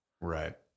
right